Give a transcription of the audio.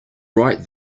right